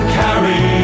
carry